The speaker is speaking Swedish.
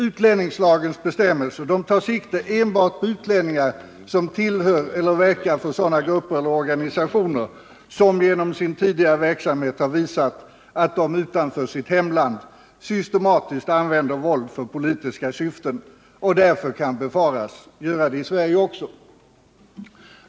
Utlänningslagens bestämmelser tar sikte enbart på utlänningar som tillhör eller verkar för sådana grupper eller organisationer som genom sin tidigare verksamhet visat att de utanför sitt hemland systematiskt använder våld för politiska syften och därför kan befaras göra det i Sverige också.